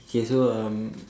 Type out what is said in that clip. okay so um